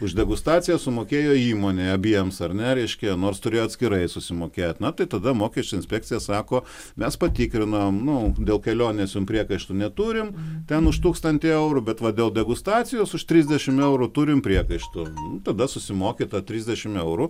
už degustaciją sumokėjo įmonė abiems ar ne reiškia nors turėjo atskirai susimokėt na tai tada mokesčių inspekcija sako mes patikrinom nu dėl kelionės jum priekaištų neturim ten už tūkstantį eurų bet va dėl degustacijos už trisdešim eurų turim priekaištų tada susimoki tą trisdešim eurų